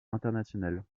internationales